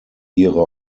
ihre